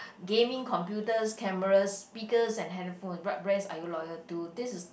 gaming computers cameras speakers and handphone what brands are you loyal to this is